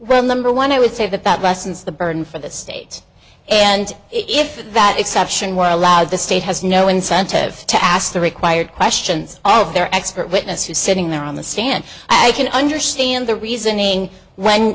run number one i would say that that lessens the burden for the state and if that exception while out of the state has no incentive to ask the required questions of their expert witness who sitting there on the stand i can understand the reasoning when